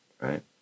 right